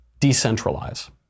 decentralize